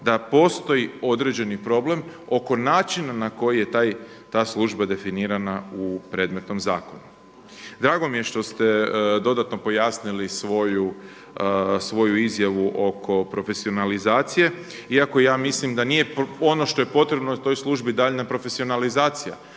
da postoji određeni problem oko načina na koji je ta služba definirana u predmetnom zakonu. Drago mi je što ste dodatno pojasnili svoju izjavu oko profesionalizacije, iako ja mislim da nije ono što je potrebno toj službi daljnja profesionalizacija.